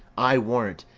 i warrant,